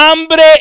hambre